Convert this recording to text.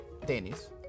tenis